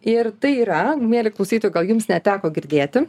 ir tai yra mieli klausytojai gal jums neteko girdėti